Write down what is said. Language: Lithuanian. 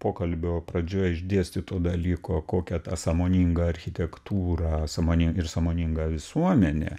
pokalbio pradžioj išdėstyto dalyko kokią tą sąmoningą architektūrą sąmonin ir sąmoningą visuomenę